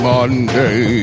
Monday